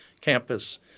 campus